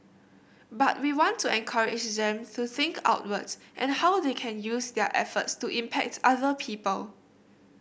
but we want to encourage them to think outwards and how they can use their efforts to impact other people